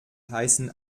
heißen